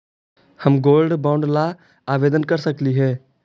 हम gold bond ला आवेदन कर सकली हे?